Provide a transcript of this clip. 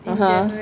(uh huh)